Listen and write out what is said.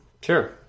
Sure